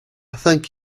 thank